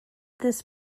this